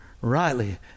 rightly